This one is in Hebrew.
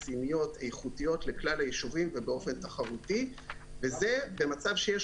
רציניות ואיכותיות לכלל הישובים ובאופן תחרותי וזה במצב שיש